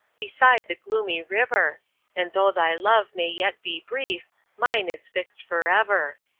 beside the gloomy river and though thy love may yet be brief mine is fixed forever.